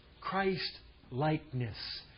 Christ-likeness